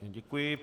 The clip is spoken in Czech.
Děkuji.